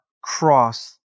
cross